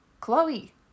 Chloe